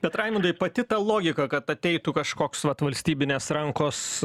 bet raimundui pati ta logika kad ateitų kažkoks vat valstybinės rankos